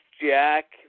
Jack